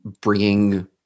bringing